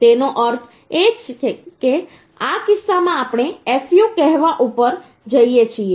તેનો અર્થ એ કે આ કિસ્સામાં આપણે fu કહેવા ઉપર જઈએ છીએ આ સુધી આપણે બરાબર જઈએ છીએ